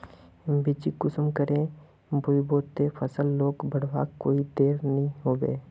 बिच्चिक कुंसम करे बोई बो ते फसल लोक बढ़वार कोई देर नी होबे?